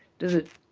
does it